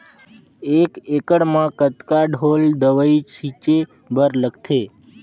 एक एकड़ म कतका ढोल दवई छीचे बर लगथे?